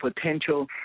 potential